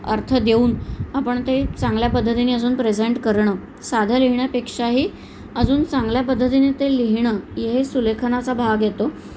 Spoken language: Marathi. अर्थ देऊन आपण ते चांगल्या पद्धतीने अजून प्रेझेंट करणं साधं लिहिण्यापेक्षाही अजून चांगल्या पद्धतीने ते लिहिणं हे हे सुलेखनाचा भाग येतो